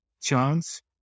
Chance